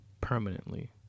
Permanently